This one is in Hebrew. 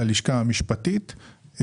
ללשכה המשפטית.